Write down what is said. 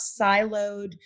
siloed